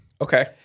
Okay